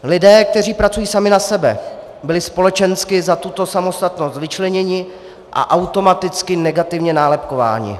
Lidé, kteří pracují sami na sebe, byli společensky za tuto samostatnost vyčleněni a automaticky negativně nálepkováni.